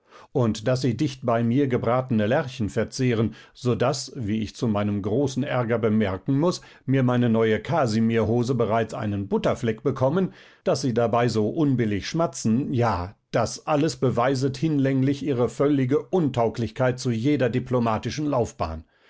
und daß sie dicht bei mir gebratene lerchen verzehren so daß wie ich zu meinem großen ärger bemerken muß meine neue kasimirhose bereits einen butterfleck bekommen daß sie dabei so unbillig schmatzen ja alles das beweiset hinlänglich ihre völlige untauglichkeit zu jeder diplomatischen laufbahn